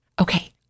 Okay